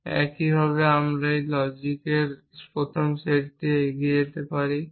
এইভাবে একই নিয়ম আমরা লজিকের প্রথম সেটে এগিয়ে নিয়ে যেতে পারি